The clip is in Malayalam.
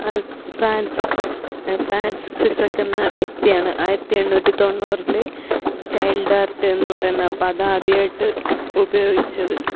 അ ഫാൻസിക്സ് ഫ്രാൻ സിസക്ക് എന്ന വ്യക്തിയാണ് ആയിരത്തി എണ്ണൂറ്റി തൊണ്ണൂറിൽ ചൈൽഡാർട്ട് എന്നു പറയുന്ന പദം ആദ്യമായിട്ട് ഉപയോഗിച്ചത്